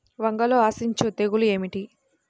వంగలో ఆశించు తెగులు ఏమిటి?